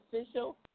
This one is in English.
official